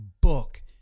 book